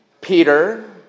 Peter